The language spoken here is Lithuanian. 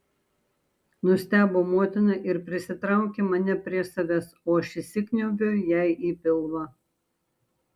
nustebo motina ir prisitraukė mane prie savęs o aš įsikniaubiau jai į pilvą